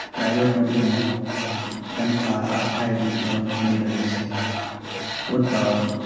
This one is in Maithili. प्राइभेट नौकरीमे तनख्वाह स्थाइ रूपसँ नहि रहै छै ओतय